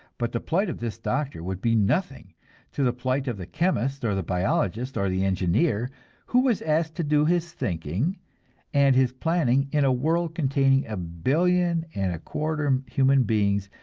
but the plight of this doctor would be nothing to the plight of the chemist or the biologist or the engineer who was asked to do his thinking and his planning in a world containing a billion and a quarter human beings,